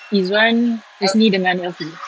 izuan husni dengan elfie